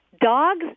Dogs